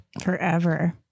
Forever